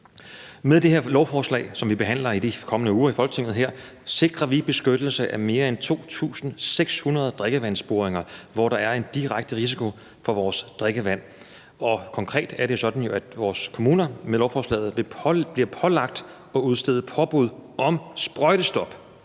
Med det her lovforslag, som vi behandler i de kommende uger i Folketinget, sikrer vi beskyttelse af mere end 2.600 drikkevandsboringer, hvor der er en direkte risiko for vores drikkevand. Og konkret er det sådan, at vores kommuner med lovforslaget bliver pålagt at udstede påbud om sprøjtestop